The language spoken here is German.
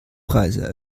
preise